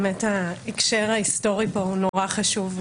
באמת ההקשר ההיסטורי פה הוא חשוב מאוד,